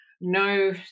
no